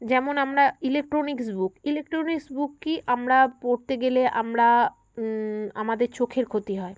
যেমন আমরা electronics book electronics book কি আমরা পড়তে গেলে আমরা আমাদের চোখের ক্ষতি হয়